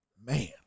man